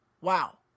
Wow